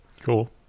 Cool